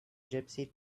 gypsy